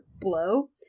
blow